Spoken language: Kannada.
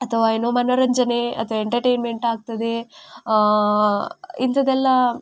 ಅಥವಾ ಏನೋ ಮನರಂಜನೆ ಅಥವಾ ಎಂಟರ್ಟೈನ್ಮೆಂಟ್ ಆಗ್ತದೆ ಇಂಥದ್ದೆಲ್ಲ